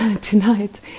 Tonight